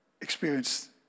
experienced